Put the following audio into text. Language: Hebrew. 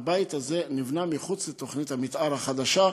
הבית הזה נבנה מחוץ לתוכנית המתאר החדשה,